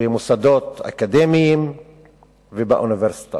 במוסדות אקדמיים ובאוניברסיטאות.